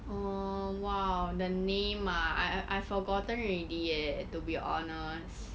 oh !wow! the name ah I I I forgotten already eh to be honest